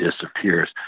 disappears